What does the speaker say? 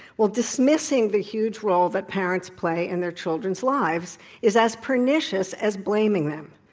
well, dismissing the huge role that parents play in their children's lives is as pernicious as blaming them.